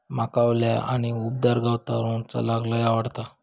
माका वल्या आणि उबदार गवतावरून चलाक लय आवडता